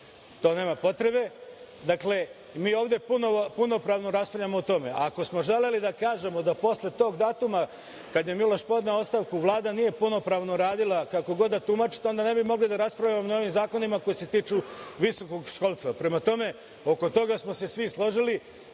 to nema potrebe. Dakle, mi ovde punopravno raspravljamo o tome. Ako smo želeli da kažemo da posle tog datuma kada je Miloš podneo ostavku Vlada nije punopravno radila, kako god da tumačite, onda ne bi mogli da raspravljamo o novim zakonima koji se tiču visokog školstva. Prema tome, oko toga smo se svi složili.